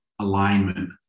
alignment